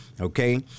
Okay